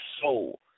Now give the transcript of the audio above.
soul